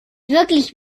wirklich